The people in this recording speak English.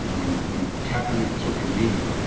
you know, when when kaepernick took a knee,